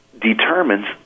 determines